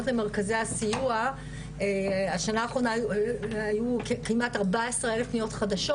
למרכזי הסיוע השנה האחרונה היו כמעט 14,000 פניות חדשות